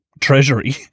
Treasury